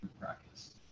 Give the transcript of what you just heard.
practice